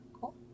Cool